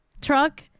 truck